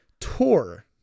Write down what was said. Tour